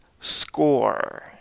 score